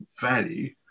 value